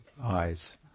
eyes